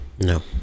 no